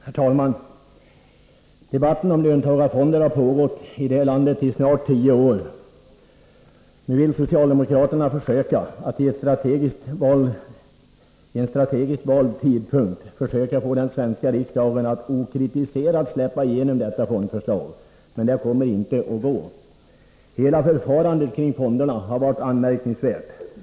Herr talman! Debatten om löntagarfonder har pågått i detta land i snart tio år. Nu vill socialdemokraterna försöka att vid en strategiskt vald tidpunkt få den svenska riksdagen att släppa igenom detta fondförslag, men det kommer inte att gå. Hela förfarandet kring fonderna har varit anmärkningsvärt.